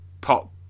pop